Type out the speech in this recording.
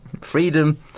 Freedom